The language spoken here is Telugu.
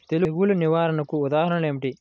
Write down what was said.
తెగులు నిర్వహణకు ఉదాహరణలు ఏమిటి?